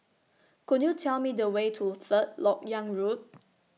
Could YOU Tell Me The Way to Third Lok Yang Road